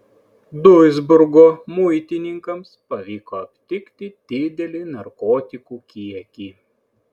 duisburgo muitininkams pavyko aptikti didelį narkotikų kiekį